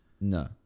No